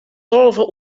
tolve